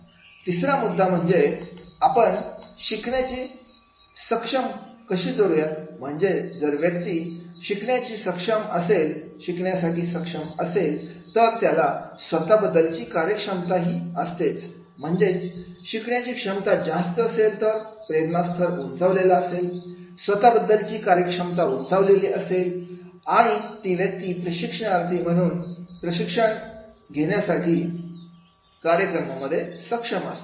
तिसरा मुद्दा म्हणजे आपण शिकण्याच्या सक्षम कशी जोडुया म्हणजे जर व्यक्ती शिकण्यासाठी सक्षम असेल तर त्याला स्वतःबद्दलची कार्यक्षमता ही असतेच म्हणजेच शिकण्याची क्षमता जास्त असेल तर प्रेरणा स्तर उंचावलेला असेल स्वतःबद्दलची कार्यक्षमता उंचावलेले असेल आणि ती व्यक्ती प्रशिक्षणार्थी म्हणून प्रशिक्षण घेण्यासाठी कार्यक्रमांमध्ये सक्षम असते